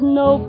no